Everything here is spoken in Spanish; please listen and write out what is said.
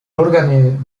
órgano